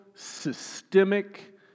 systemic